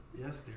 yes